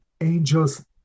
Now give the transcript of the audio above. angels